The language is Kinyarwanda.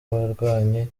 barwanyi